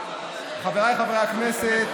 חבריי חברי הכנסת,